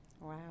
Wow